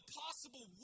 possible